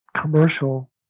commercial